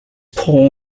paw